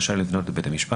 רשאי לפנות לבית המשפט,